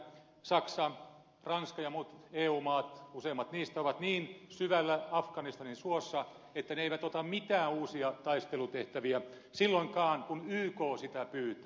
saksa ranska ja muut eu maat useimmat niistä ovat niin syvällä afganistanin suossa että ne eivät ota mitään uusia taistelutehtäviä silloinkaan kun yk sitä pyytää